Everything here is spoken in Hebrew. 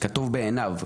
כטוב בעיניו".